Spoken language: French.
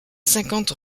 cinquante